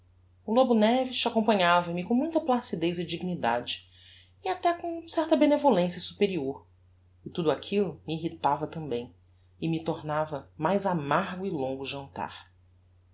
o lobo neves acompanhava me com muita placidez e dignidade e até com certa benevolencia superior e tudo aquillo me irritava tambem e me tornava mais amargo e longo o jantar